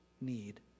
need